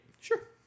Sure